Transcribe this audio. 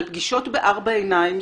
על פגישות בארבע עיניים,